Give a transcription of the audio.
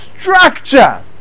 structure